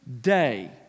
day